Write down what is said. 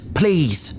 please